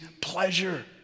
pleasure